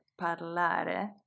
parlare